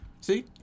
See